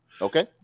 Okay